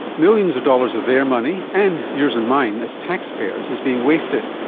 millions of dollars of their money and yours and mine as taxpayers is being wasted,